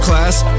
Class